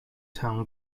town